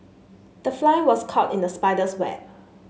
the fly was caught in the spider's web